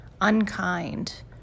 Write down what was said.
unkind